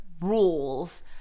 rules